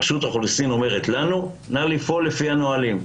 רשות האוכלוסין אומרת לנו לפעול לפי הנהלים,